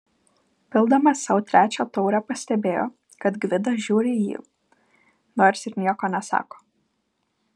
pildamas sau trečią taurę pastebėjo kad gvidas žiūri į jį nors ir nieko nesako